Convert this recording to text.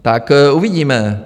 Tak uvidíme.